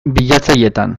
bilatzailetan